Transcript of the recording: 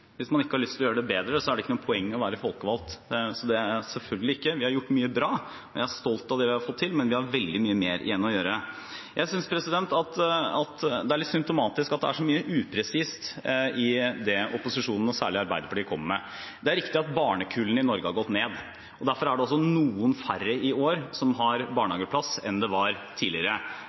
Hvis man ikke har lyst til å gjøre det bedre, er det ikke noe poeng i å være folkevalgt – selvfølgelig ikke. Vi har gjort mye bra. Jeg er stolt over det vi har fått til, men vi har veldig mye mer igjen å gjøre. Det er litt symptomatisk at det er så mye upresist i det opposisjonen og særlig Arbeiderpartiet kommer med. Det er riktig at barnekullene i Norge har gått ned. Derfor er det også noen færre i år som har barnehageplass enn det var tidligere.